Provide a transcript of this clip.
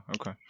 Okay